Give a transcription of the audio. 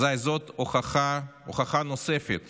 אזי זאת הוכחה נוספת